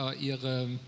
ihre